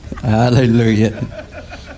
Hallelujah